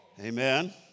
Amen